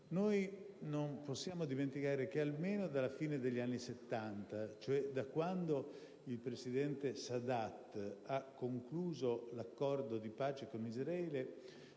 Non possiamo dimenticare che almeno dalla fine degli anni '70, ossia da quando il presidente Sadat ha concluso l'accordo di pace con Israele,